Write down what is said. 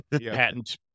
patent